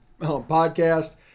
Podcast